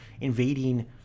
invading